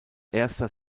erster